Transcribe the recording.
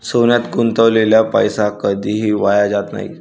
सोन्यात गुंतवलेला पैसा कधीही वाया जात नाही